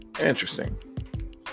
Interesting